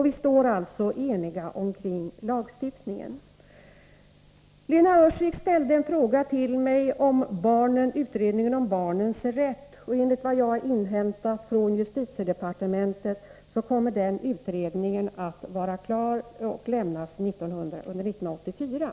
Vi står alltså eniga bakom lagstiftningen. Lena Öhrsvik ställde en fråga till mig rörande utredningen om barnens rätt. Enligt vad jag har inhämtat från justitiedepartementet kommer den utredningen att vara klar att avlämnas under 1984.